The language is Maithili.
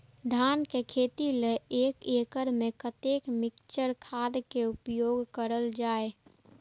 धान के खेती लय एक एकड़ में कते मिक्चर खाद के उपयोग करल जाय?